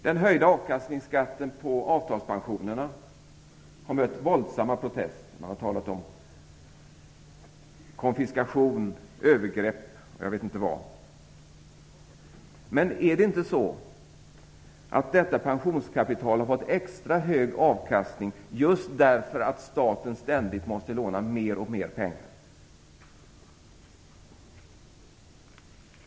Den höjda avkastningsskatten på avtalspensionerna har mött våldsamma protester. Man har talat om konfiskation, övergrepp och jag vet inte vad. Men är det inte så att detta pensionskapital har fått extra hög avkastning just därför att staten ständigt måste låna mer och mer pengar?